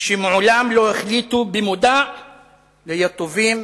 שמעולם לא החליטו במודע להיות טובים